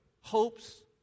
hopes